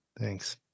Thanks